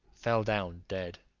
fell down dead.